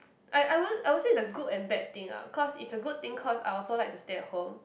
I I would I would say the good and bad thing ah cause it's a good thing cause I also like to stay at home